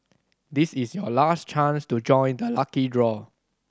this is your last chance to join the lucky draw